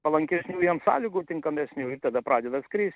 palankesnių jiem sąlygų tinkamesni tada pradeda skrist